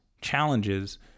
challenges